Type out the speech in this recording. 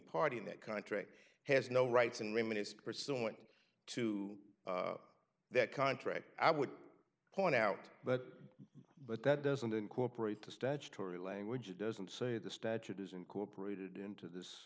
party in that contract has no rights and reminisce pursuant to that contract i would point out but but that doesn't incorporate the statutory language it doesn't say the statute is incorporated into this